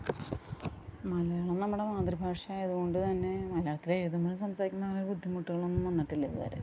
മലയാളം നമ്മുടെ മാതൃഭാഷയായത് കൊണ്ട് തന്നെ മലയാളത്തിലെഴുതുന്ന സംസാരിക്കുന്ന ആണേൽ ബുദ്ധിമുറ്റുകളൊന്നും വന്നിട്ടില്ല ഇതുവരെ